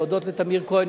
להודות לטמיר כהן,